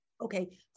Okay